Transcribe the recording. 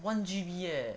one G_B eh